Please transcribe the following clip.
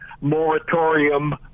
moratorium